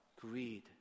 Greed